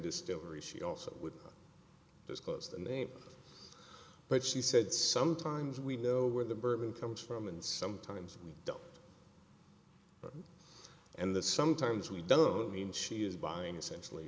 distillery she also would disclose the name but she said sometimes we know where the bourbon comes from and sometimes we don't and the sometimes we don't mean she is buying essentially